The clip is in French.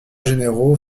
généraux